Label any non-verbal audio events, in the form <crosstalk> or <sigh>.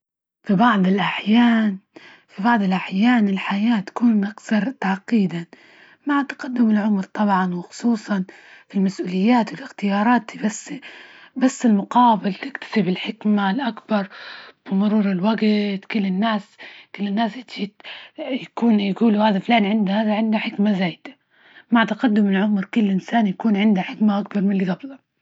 في بعض الأحيان- في بعض الأحيان، الحياة تكون أكثرتعجيدا مع تجدم العمر طبعا، وخصوصا فى المسؤوليات، الاختيارات بس- بس <noise> المقابل تكتسب الحكمة الأكبربمرور الوجت، كل الناس- كل الناس تجي يكون يقولوا هذا فلان عنده هذا عنده حكمة زايدة مع تقدم العمر، كل إنسان يكون عنده حكمة اكبر من ال جبله.